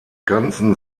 ganzen